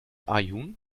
aaiún